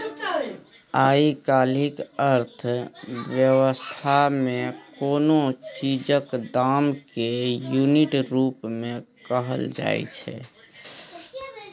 आइ काल्हिक अर्थ बेबस्था मे कोनो चीजक दाम केँ युनिट रुप मे कहल जाइ छै